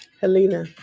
Helena